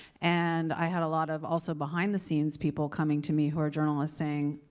and i had a lot of, also, behind-the-scenes people coming to me, who are journalists saying,